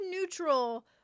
neutral